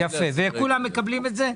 יפה, וכולם מקבלים את זה?